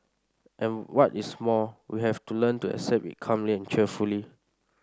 and what is more we have to learn to accept it calmly and cheerfully